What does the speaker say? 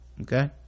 Okay